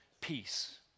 peace